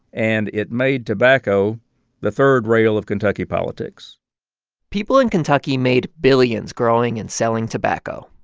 and it made tobacco the third rail of kentucky politics people in kentucky made billions growing and selling tobacco.